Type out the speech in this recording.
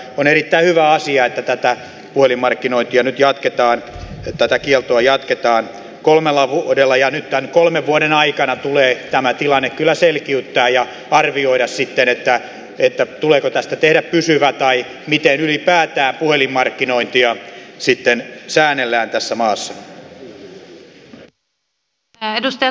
on erittäin hyvä asia että tätä puhelinmarkkinointikieltoa nyt jatketaan kolmella vuodella ja nyt tämän kolmen vuoden aikana tulee tilanne kyllä selkiyttää ja arvioida tuleeko tästä tehdä pysyvä ja miten ylipäätään puhelinmarkkinointia sitten säännellään tässä maassa